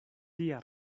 tia